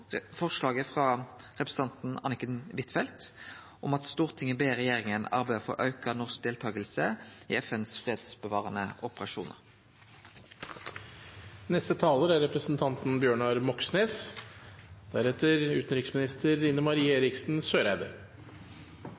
Arbeidarpartiet. Forslaget lyder: «Stortinget ber regjeringen arbeide for å øke norsk deltakelse i FNs fredsbevarende operasjoner.»